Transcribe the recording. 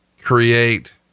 create